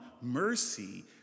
mercy